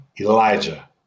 Elijah